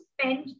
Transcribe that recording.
spend